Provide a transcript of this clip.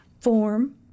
form